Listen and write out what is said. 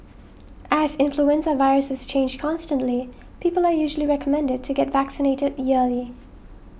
as influenza viruses change constantly people are usually recommended to get vaccinated yearly